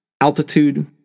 Altitude